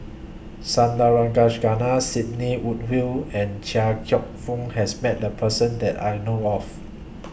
Sandrasegaran Sidney Woodhull and Chia Cheong Fook has Met The Person that I know of